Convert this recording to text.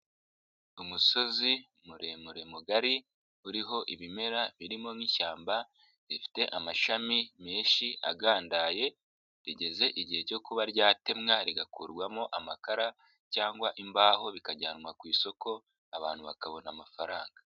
Umusozi muremure mugari uriho ibimera birimo nk'ishyamba, rifite amashami menshi agandaye, rigeze igihe cyo kuba ryatemwa rigakurwamo amakara cyangwa imbaho bikajyanwa ku isoko, abantu bakabona amafaranga.